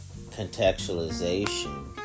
contextualization